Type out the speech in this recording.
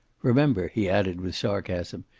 remember, he added with sarcasm,